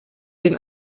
den